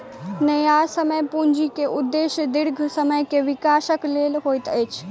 न्यायसम्य पूंजी के उदेश्य दीर्घ समय के विकासक लेल होइत अछि